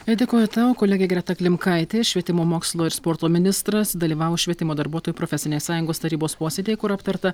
dėkoju tau kolegė greta klimkaitė švietimo mokslo ir sporto ministras dalyvavo švietimo darbuotojų profesinės sąjungos tarybos posėdyje kur aptarta